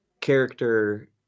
character